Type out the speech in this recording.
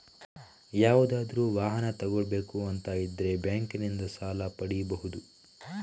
ಯಾವುದಾದ್ರೂ ವಾಹನ ತಗೊಳ್ಬೇಕು ಅಂತ ಇದ್ರೆ ಬ್ಯಾಂಕಿನಿಂದ ಸಾಲ ಪಡೀಬಹುದು